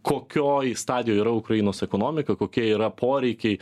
kokioj stadijoj yra ukrainos ekonomika kokie yra poreikiai